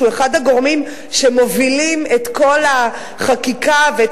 שהוא אחד הגורמים שמובילים את כל החקיקה ואת